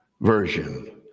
Version